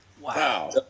Wow